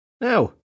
Now